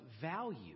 value